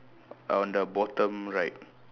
on the bottom right